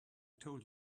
told